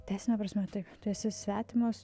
teisine prasme taip tu esi svetimas